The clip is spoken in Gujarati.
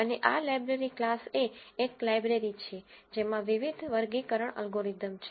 અને આ લાઇબ્રેરી ક્લાસ એ એક લાઇબ્રેરી છે જેમાં વિવિધ વર્ગીકરણ એલ્ગોરિધમ છે